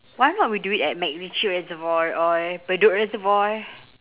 why not we do it at macritchie reservoir or bedok reservoir